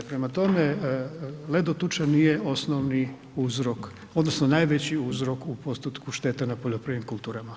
Prema tome, ledo tuča nije osnovni uzrok odnosno najveći uzrok u postotku šteta na poljoprivrednim kulturama.